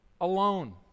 alone